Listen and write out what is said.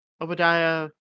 Obadiah